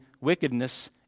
wickedness